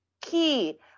key